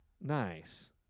Nice